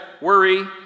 worry